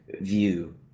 view